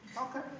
Okay